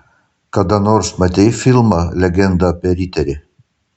kada nors matei filmą legenda apie riterį